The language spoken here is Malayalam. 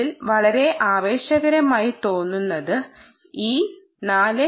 ഇതിൽ വളരെ ആവേശകരമായി തോന്നുന്നത് ഈ 4